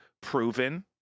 proven